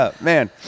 Man